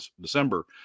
December